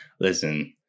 Listen